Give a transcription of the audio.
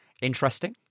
interesting